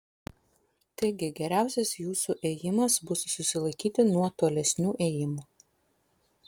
taigi geriausias jūsų ėjimas bus susilaikyti nuo tolesnių ėjimų